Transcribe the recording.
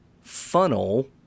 funnel